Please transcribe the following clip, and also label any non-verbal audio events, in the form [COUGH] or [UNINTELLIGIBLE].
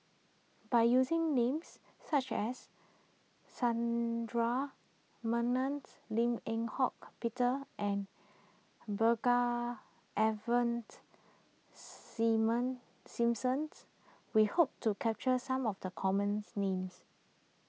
by using names such as [UNINTELLIGIBLE] Menon [UNINTELLIGIBLE] Lim Eng Hock Peter and Brigadier Ivan [UNINTELLIGIBLE] Simon Simson [UNINTELLIGIBLE] we hope to capture some of the commons names